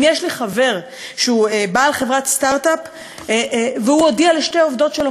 יש לי חבר שהוא בעל חברת סטרט-אפ והוא הודיע לשתי עובדות שלו,